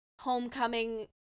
Homecoming